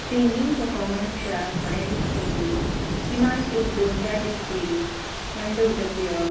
singing पफोर्मन्सच्या थोड्या दीस पयलीं किमान एक दोन चार दीस पयलीं थंड उदक पिवप